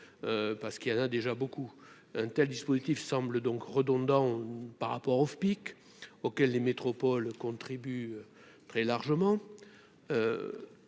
parce qu'il y en a déjà beaucoup, un tel dispositif semble donc. Redondant par rapport au pic auquel les métropoles contribue très largement,